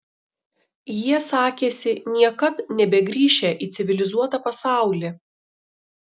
jie sakėsi niekad nebegrįšią į civilizuotą pasaulį